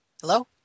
Hello